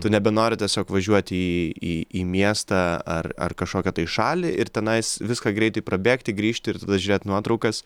tu nebenori tiesiog važiuoti į į į miestą ar ar kažkokią tai šalį ir tenais viską greitai prabėgti grįžti ir tada žiūrėt nuotraukas